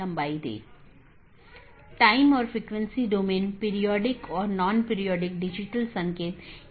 पथ को पथ की विशेषताओं के रूप में रिपोर्ट किया जाता है और इस जानकारी को अपडेट द्वारा विज्ञापित किया जाता है